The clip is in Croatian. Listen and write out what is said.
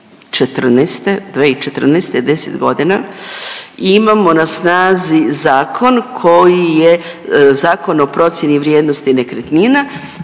2014. 10 godina imamo na snazi zakon koji je Zakon o procijeni vrijednosti nekretnina